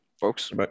folks